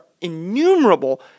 innumerable